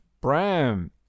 bram